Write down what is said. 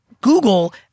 Google